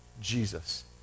Jesus